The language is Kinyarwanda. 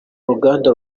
ruganda